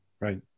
Right